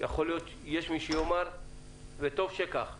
יהיו שיאמרו שכך טוב.